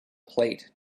plate